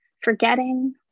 forgetting